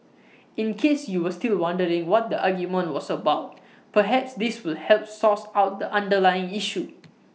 in case you were still wondering what the argument was about perhaps this will help source out the underlying issue